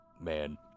man